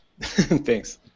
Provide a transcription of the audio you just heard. Thanks